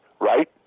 right